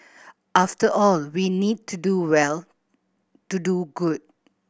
after all we need to do well to do good